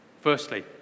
Firstly